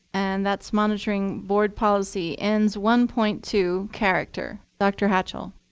and that's monitoring board policy, ends one point two character. dr. hatchell.